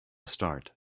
start